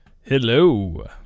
hello